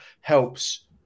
helps